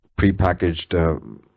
prepackaged